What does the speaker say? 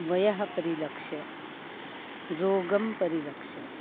वयः परिलक्ष्य रोगं परिलक्ष्य